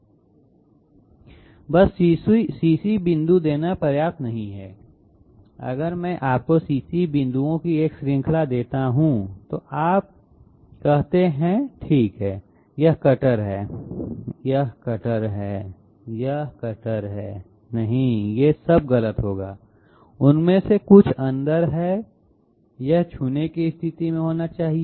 बस CC बिंदु देना पर्याप्त नहीं है अगर मैं आपको CC बिंदुओं की एक श्रृंखला देता हूं और आप ठीक कहते हैं कि यह कटर है यह कटर है यह कटर है नहीं ये सब गलत होगा उनमें से कुछ अंदर है यह छूने की स्थिति में होना चाहिए